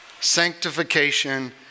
sanctification